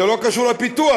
זה לא קשור לפיתוח,